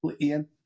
Ian